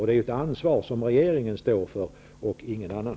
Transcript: Det är ett ansvar som regeringen har och ingen annan.